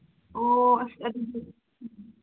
ꯑꯣ ꯑꯁ